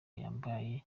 yambaye